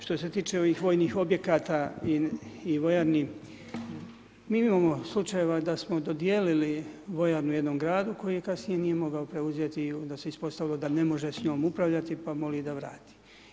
Što se tiče ovih vojnih objekata i vojarni, mi imamo slučajeva da smo dodijelili vojarne jednom gradu, koji kasnije nije mogao preuzeti i onda se ispostavilo da ne može s njom upravljati pa moli da vrati.